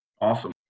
Awesome